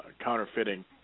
counterfeiting